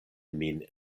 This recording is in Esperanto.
min